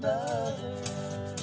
the other